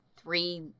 three